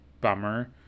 bummer